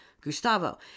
Gustavo